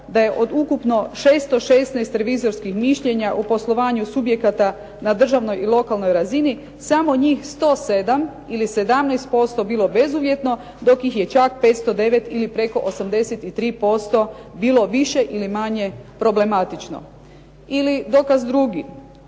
da je od ukupno 616 revizorskih mišljenja u poslovanju subjekata na državnoj i lokalnoj razini samo njih 107 ili 17% bilo bezuvjetno, dok ih je čak 509 ili preko 83% bilo više ili manje problematično. Ili dokaz drugi,